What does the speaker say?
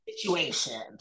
situation